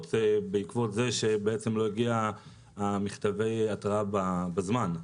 בעקבות זה שלא הגיעו מכתבי ההתראה בזמן.